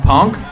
Punk